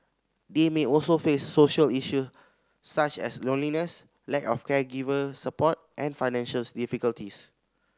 they may also face social issue such as loneliness lack of caregiver support and financials difficulties